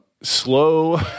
slow